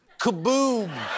Kaboom